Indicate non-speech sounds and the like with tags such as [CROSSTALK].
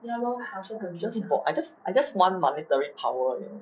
[BREATH] I just bored I just I just want monetary power you know